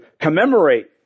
commemorate